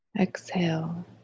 Exhale